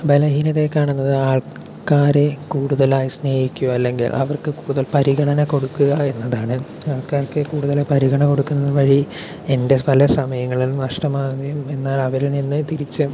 ബലഹീനതയായി കാണുന്നത് ആൾക്കാരെ കൂടുതലായി സ്നേഹിക്കും അല്ലെങ്കിൽ അവർക്ക് കൂടുതൽ പരിഗണന കൊടുക്കുക എന്നതാണ് ആൾക്കാർക്ക് കൂടുതൽ പരിഗണന കൊടുക്കുന്നത് വഴി എൻ്റെ പല സമയങ്ങളും നഷ്ടമാകുകയും എന്നാൽ അവരിൽ നിന്ന് തിരിച്ച്